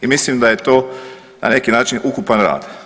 I mislim da je to na neki način ukupan rad.